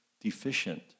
deficient